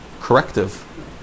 corrective